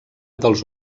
dels